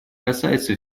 касается